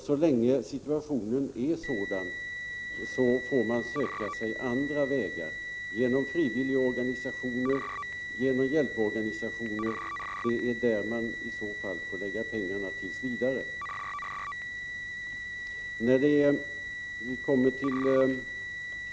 Så länge situationen är sådan får man söka sig andra vägar — genom frivilligorganisationer och genom hjälporganisationer. Det är till dessa organisationer som man tills vidare i så fall får anslå pengarna.